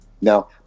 Now